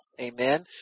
amen